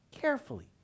carefully